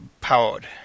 powered